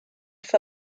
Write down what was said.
for